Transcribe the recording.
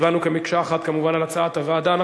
הצבענו כמקשה אחת, כמובן, על הצעת הוועדה.